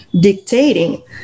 dictating